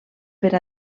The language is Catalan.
per